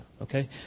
Okay